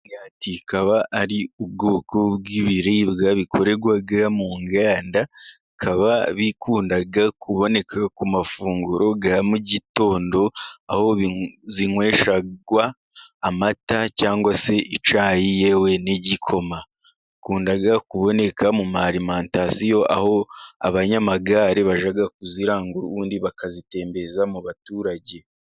Imigati ikaba ari ubwoko bw'ibiribwa bikorerwa mu nganda, bikaba bikunda kuboneka ku mafunguro ya mu gitondo, aho bayinywesha amata cyangwa se icyayi, yewe n'igikoma. Ikunda kuboneka muri za arimantasiyo, aho abanyamagare bajya kuyirangura, ubundi bakayitembereza mu baturage.